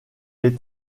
les